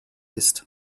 ist